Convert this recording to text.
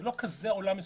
זה לא כזה מסובך.